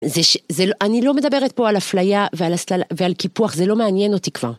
זה ש... זה לא... אני לא מדברת פה על אפליה ועל הסלל... ועל קיפוח, זה לא מעניין אותי כבר.